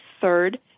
third